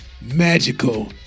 magical